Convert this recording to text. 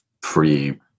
free